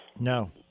No